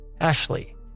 Ashley